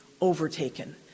overtaken